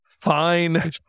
fine